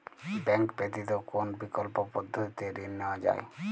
Bank ব্যতিত কোন বিকল্প পদ্ধতিতে ঋণ নেওয়া যায়?